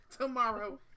tomorrow